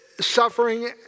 suffering